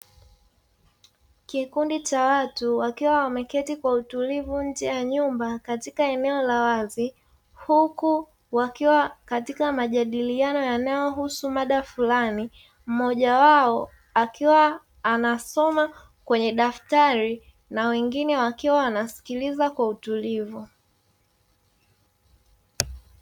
Kikundi cha watu wakiwa wameketi kwa utulivu nje ya nyumba katika eneo la wazi, huku wakiwa katika majadiliano yanayohusu mada fulani; mmoja wao akiwa anasoma kwenye daftari na wengine wakiwa wanasikiliza kwa utulivu.